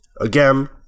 again